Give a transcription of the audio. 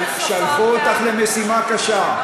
שלחו אותך למשימה קשה.